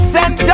Send